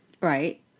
right